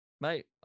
mate